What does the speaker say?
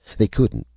they couldn't,